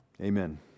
Amen